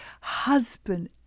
husband